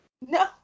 No